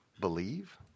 believe